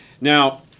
Now